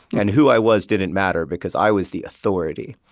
and who i was didn't matter because i was the authority.